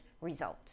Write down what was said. result